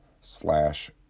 slash